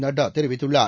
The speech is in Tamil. நட்டா தெரிவித்துள்ளார்